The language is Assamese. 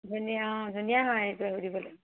ধুনীয়া অঁ ধুনীয়া হয়